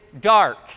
dark